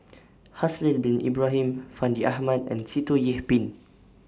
Haslir Bin Ibrahim Fandi Ahmad and Sitoh Yih Pin